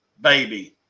baby